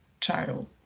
child